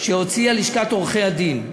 שהוציאה לשכת עורכי-הדין,